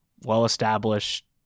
well-established